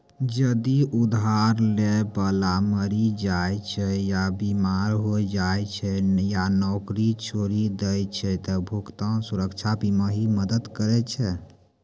जदि उधार लै बाला मरि जाय छै या बीमार होय जाय छै या नौकरी छोड़ि दै छै त भुगतान सुरक्षा बीमा ही मदद करै छै